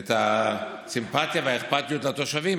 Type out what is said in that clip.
את הסימפתיה והאכפתיות לתושבים,